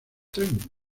tren